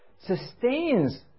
sustains